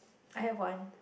I have one